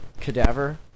cadaver